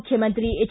ಮುಖ್ಯಮಂತ್ರಿ ಎಚ್